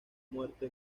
muerto